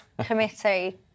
committee